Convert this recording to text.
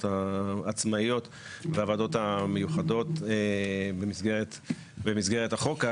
העצמאיות והוועדות המיוחדות במסגרת החוק.